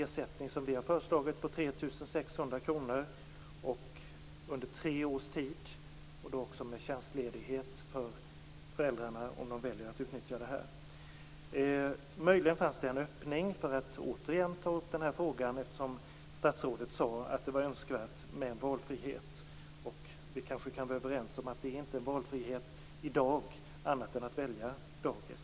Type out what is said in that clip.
Vi har föreslagit en ersättning på 3 600 kr under tre års tid. Föräldrarna skall under den tiden också ha möjlighet till tjänstledighet om de väljer att utnyttja det här. Möjligen finns det en öppning för att återigen ta upp den här frågan, eftersom statsrådet sade att det var önskvärt med en valfrihet. Vi kanske kan vara överens om att det inte är valfrihet i dag annat än när det gäller att välja dagis.